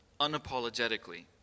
unapologetically